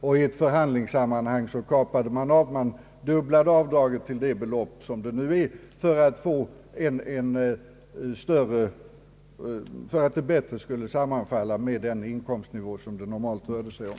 I ett förhandlingssammanhang ökade man avdraget till det dubbla för att det bättre skulle sammanfalla med den inkomstnivå som det normalt rörde sig om.